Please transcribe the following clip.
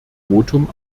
votum